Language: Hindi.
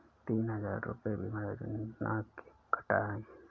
तीन हजार रूपए बीमा योजना के कटा है